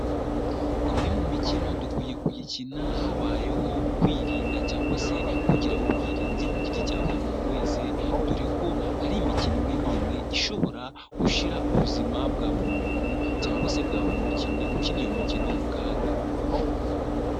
Imwe mu mikino dukwiye kuyikina habayeho kwirinda cyangwa se kugira ubwirinzi ku giti cya buri muntu wese, dore ko hari imikino imwe n'imwe ishobora gushyira ubuzima bwa buri muntu cyangwa se bwa buri mukinnyi ukina iyo mikino mu kaga.